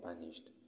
punished